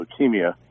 leukemia